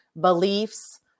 beliefs